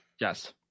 Yes